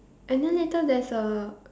and then later there's a